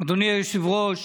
אדוני היושב-ראש,